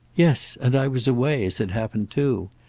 yes and i was away, as it happened, too.